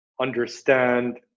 understand